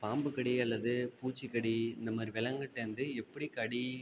பாம்புக் கடி அல்லது பூச்சிக் கடி இந்த மாதிரி விலங்குட்டேந்து எப்படி கடி